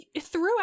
throughout